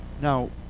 now